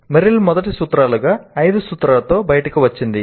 Merrill మొదటి సూత్రాలుగా ఐదు సూత్రాలతో బయటకు వచ్చింది